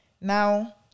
now